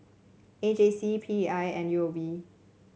A J C P I and U O B